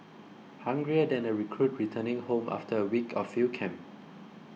hungrier than a recruit returning home after a week of field camp